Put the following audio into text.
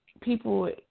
people